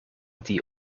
die